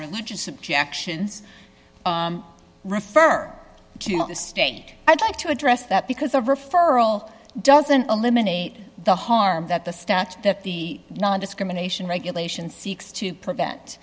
religious objections refer to the state i'd like to address that because the referral doesn't eliminate the harm that the stuff that the nondiscrimination regulation seeks to prevent